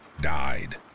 died